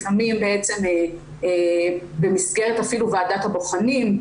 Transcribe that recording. לפעמים בעצם במסגרת אפילו ועדת הבוחנים.